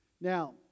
Now